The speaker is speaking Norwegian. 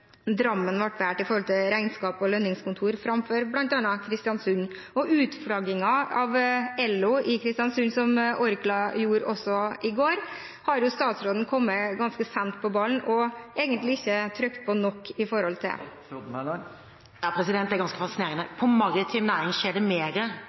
Drammen ble valgt med tanke på regnskaps- og lønningskontor foran bl.a. Kristiansund. Også når det gjelder utflaggingen av Ello i Kristiansund som Orkla gjorde, også i går, har statsråden kommet ganske sent på banen og egentlig ikke trykt på nok. Det er ganske fascinerende. I maritim næring har det